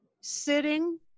sitting